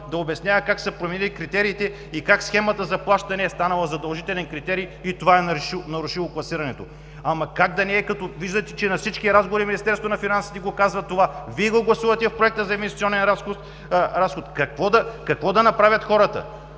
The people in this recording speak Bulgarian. да обяснява как са се променили критериите и как схемата за плащане е станала задължителен критерий и това е нарушило класирането. Ама, как да не е, като виждате, че на всички разговори Министерството на финансите казва това? Вие го гласувате в Проекта за инвестиционен разход. Какво да направят хората?